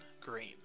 Green